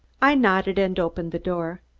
i nodded and opened the door.